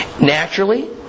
Naturally